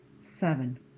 Seven